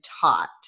taught